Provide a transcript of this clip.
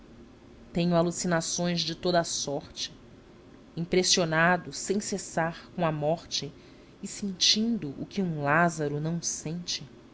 tenho alucinações de toda a sorte impressionado sem cessar com a morte e sentindo o que um lázaro não sente